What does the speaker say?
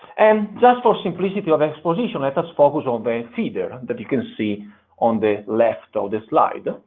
and just for simplicity of exposition, let us focus on the feeder that you can see on the left of the slide.